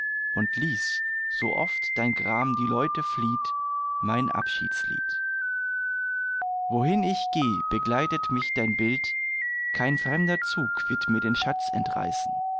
und lies sooft dein gram die leute flieht mein abschiedslied wohin ich geh begleitet mich dein bild kein fremder zug wird mir den schatz entreißen